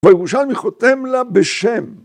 והירושלמי חותם לה בשם